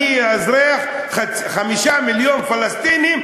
אני אאזרח 5 מיליון פלסטינים,